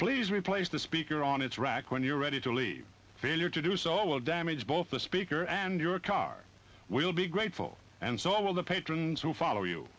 please replace the speaker on its rack when you're ready to leave failure to do so will damage both the speaker and your car will be grateful and so will the patrons who follow you